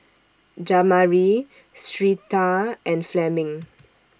Jamari Syreeta and Fleming